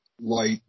light